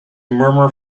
murmur